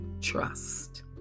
trust